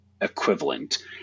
equivalent